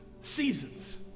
seasons